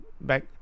back